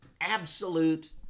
absolute